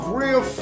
real